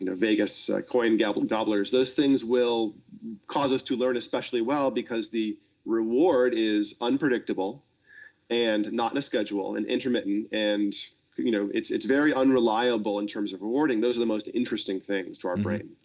vegas coin-gobblers those things will cause us to learn especially well because the reward is unpredictable and not in a schedule and intermittent and you know it's it's very unreliable in terms of rewarding. those are the most interesting things to our brain,